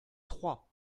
trois